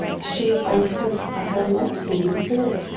the shape uncouth, i had not seen before.